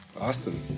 Awesome